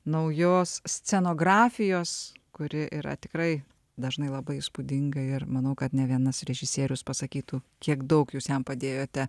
naujos scenografijos kuri yra tikrai dažnai labai įspūdinga ir manau kad ne vienas režisierius pasakytų kiek daug jūs jam padėjote